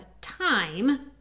time